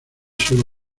sólo